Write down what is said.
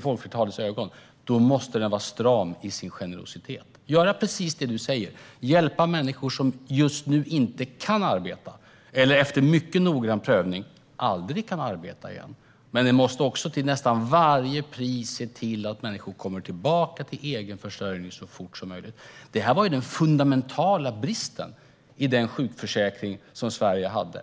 folkflertalets ögon måste den vara stram i sin generositet. Den ska göra precis det du säger: hjälpa människor som just nu inte kan arbeta eller människor som, efter mycket noggrann prövning, aldrig kan arbeta igen. Men den måste också till nästan varje pris se till att människor kommer tillbaka till egenförsörjning så fort som möjligt. Det var en fundamental brist i den sjukförsäkring som Sverige hade.